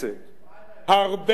הרבה נעשה.